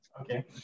Okay